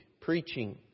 preaching